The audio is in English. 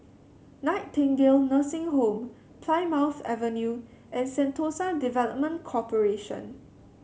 Nightingale Nursing Home Plymouth Avenue and Sentosa Development Corporation